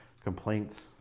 complaints